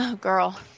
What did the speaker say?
Girl